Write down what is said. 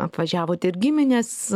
apvažiavot ir gimines